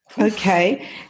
Okay